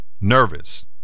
nervous